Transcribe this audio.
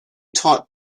taught